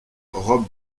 robe